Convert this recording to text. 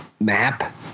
map